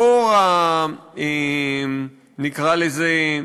נקרא לזה,